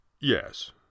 yes